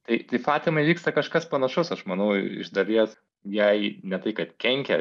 tai tai fatimai įvyksta kažkas panašaus aš manau iš dalies jai ne tai kad kenkia